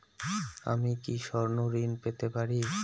আমি কি স্বর্ণ ঋণ পেতে পারি?